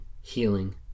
healing